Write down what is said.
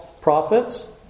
prophets